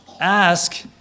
ask